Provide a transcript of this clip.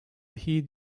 heed